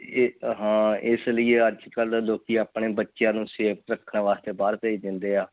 ਇਹ ਹਾਂ ਇਸ ਲਈਏ ਅੱਜ ਕੱਲ੍ਹ ਲੋਕ ਆਪਣੇ ਬੱਚਿਆਂ ਨੂੰ ਸੇਫ ਰੱਖਣ ਵਾਸਤੇ ਬਾਹਰ ਭੇਜ ਦਿੰਦੇ ਆ